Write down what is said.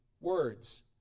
words